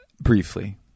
Briefly